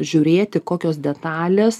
žiūrėti kokios detalės